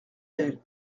elle